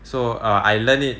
so err I learn it